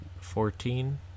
Fourteen